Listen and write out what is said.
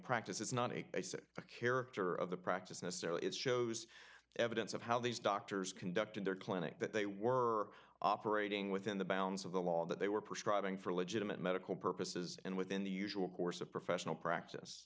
practice is not a basic character of the practice necessarily it shows evidence of how these doctors conducted their clinic that they were operating within the bounds of the law that they were prescribing for legitimate medical purposes and within the usual course of pr